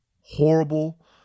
horrible